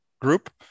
group